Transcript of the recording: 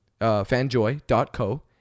Fanjoy.co